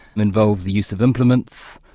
involved the use of implements,